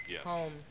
Home